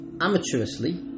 amateurishly